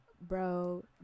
bro